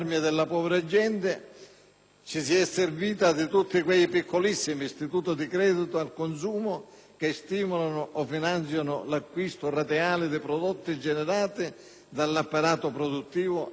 ci si è serviti di tutti quei piccolissimi istituti di credito al consumo che stimolano e finanziano l'acquisto rateale di prodotti generati dall'apparato produttivo al di fuori del Mezzogiorno.